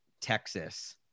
texas